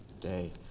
day